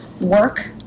work